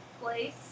place